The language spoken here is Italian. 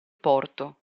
porto